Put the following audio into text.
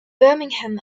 birmingham